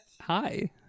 Hi